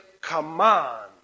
command